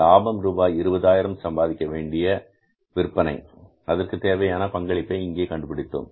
லாபம் ரூபாய் 20000 சம்பாதிக்க செய்யவேண்டிய விற்பனை அதற்குத் தேவையான பங்களிப்பை இங்கே கண்டுபிடித்தோம்